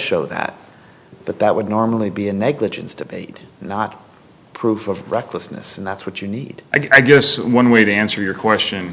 show that but that would normally be a negligence debate not proof of recklessness and that's what you need i guess one way to answer your question